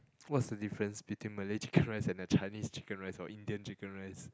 what's the difference between Malay chicken rice and the Chinese chicken rice or Indian chicken rice